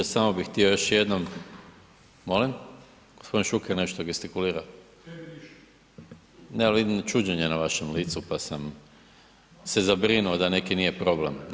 Samo bih htio još jednom, molim, gospodin Šuker nešto gestikulira [[Upadica: Tebi ništa.]] ne ali vidim čuđenje na vašem licu pa sam se zabrinuo da neki nije problem, ne.